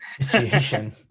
Situation